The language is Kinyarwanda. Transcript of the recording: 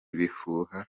ibihuha